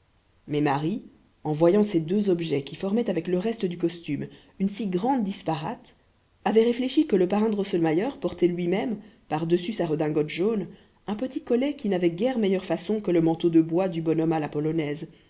mais marie en voyant ces deux objets qui formaient avec le reste du costume une si grande disparate avait réfléchi que le parrain drosselmayer portait lui-même par-dessus sa redingote jaune un petit collet qui n'avait guère meilleure façon que le manteau de bois du bonhomme à la polonaise